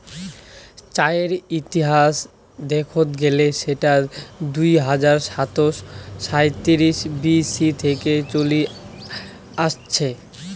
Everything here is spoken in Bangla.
চায়ের ইতিহাস দেখত গেলে সেটা দুই হাজার সাতশ সাঁইত্রিশ বি.সি থেকে চলি আসছে